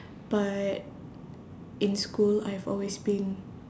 but in school I've always been